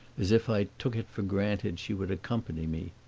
as if i took it for granted she would accompany me.